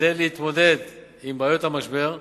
כדי להתמודד עם בעיות המשבר.